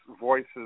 voices